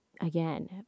again